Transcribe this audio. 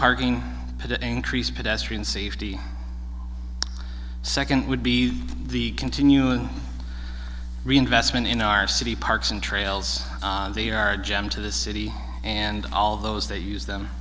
parking to increase pedestrian safety second would be the continuing reinvestment in our city parks and trails they are jammed to the city and all those that use them